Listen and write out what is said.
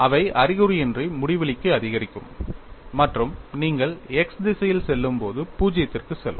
அவை அறிகுறியின்றி முடிவிலிக்கு அதிகரிக்கும் மற்றும் நீங்கள் x திசையில் செல்லும்போது பூஜ்ஜியத்திற்கு செல்லும்